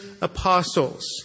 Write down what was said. apostles